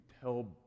tell